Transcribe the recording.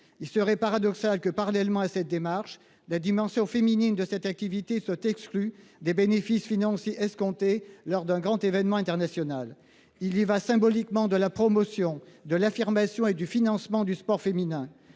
Il serait paradoxal que, parallèlement à cette démarche. La dimension féminine de cette activité exclu des bénéfices financiers escomptés lors d'un grand événement international. Il y va symboliquement de la promotion de l'affirmation et du financement du sport féminin,